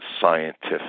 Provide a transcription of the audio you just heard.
scientific